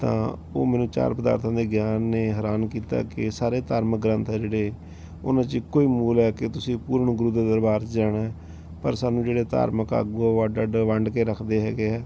ਤਾਂ ਉਹ ਮੈਨੂੰ ਚਾਰ ਪਦਾਰਥਾਂ ਦੇ ਗਿਆਨ ਨੇ ਹੈਰਾਨ ਕੀਤਾ ਕਿ ਸਾਰੇ ਧਾਰਮਿਕ ਗ੍ਰੰਥ ਹੈ ਜਿਹੜੇ ਉਹਨਾਂ 'ਚ ਇੱਕੋ ਹੀ ਮੂਲ ਹੈ ਕਿ ਤੁਸੀਂ ਪੂਰਨ ਗੁਰੂ ਦੇ ਦਰਬਾਰ ਚ ਜਾਣਾ ਪਰ ਸਾਨੂੰ ਜਿਹੜੇ ਧਾਰਮਿਕ ਆਗੂ ਉਹ ਅੱਡ ਅੱਡ ਵੰਡ ਕੇ ਰੱਖਦੇ ਹੈਗੇ ਹੈ